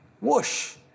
Whoosh